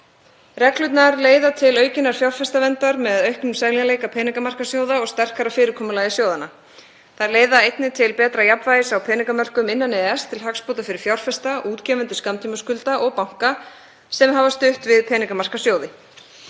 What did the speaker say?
Reglurnar leiða til aukinnar fjárfestaverndar með auknum seljanleika peningamarkaðssjóða og sterkara fyrirkomulagi sjóðanna. Þær leiða einnig til betra jafnvægis á peningamörkuðum innan EES til hagsbóta fyrir fjárfesta, útgefendur skammtímaskulda og banka sem hafa stutt við peningamarkaðssjóði.